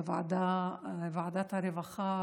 בוועדת הרווחה,